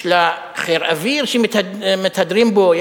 יש לה חיל אוויר שמתהדרים בו,